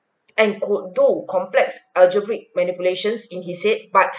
and could do complex algebraic manipulations in his head but